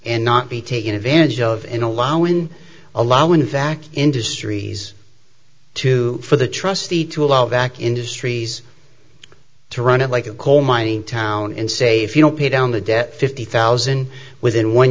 and not be taken advantage of in allowing allow in fact industries to for the trustee to allow back industries to run it like a coal mining town and say if you don't pay down the debt fifty thousand within one